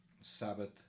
Sabbath